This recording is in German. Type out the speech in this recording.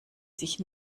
sich